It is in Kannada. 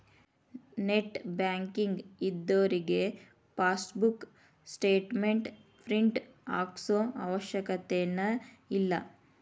ನೆಟ್ ಬ್ಯಾಂಕಿಂಗ್ ಇದ್ದೋರಿಗೆ ಫಾಸ್ಬೂಕ್ ಸ್ಟೇಟ್ಮೆಂಟ್ ಪ್ರಿಂಟ್ ಹಾಕ್ಸೋ ಅವಶ್ಯಕತೆನ ಇಲ್ಲಾ